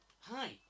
hi